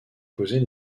poser